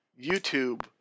YouTube